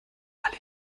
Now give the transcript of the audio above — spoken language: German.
alle